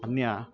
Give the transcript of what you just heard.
अन्यत्